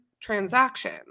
transaction